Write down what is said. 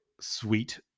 sweet